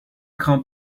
crains